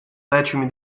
decimi